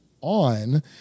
on